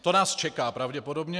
To nás čeká pravděpodobně.